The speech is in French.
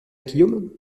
guillaume